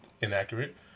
inaccurate